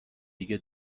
دیگه